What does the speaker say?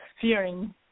fearing